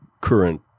current